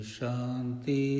Shanti